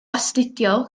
astudio